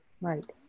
right